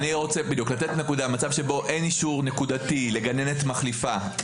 מצב שבו אין אישור נקודתי לגננת מחליפה,